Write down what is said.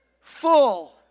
full